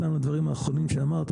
הדברים האחרונים שאמרת,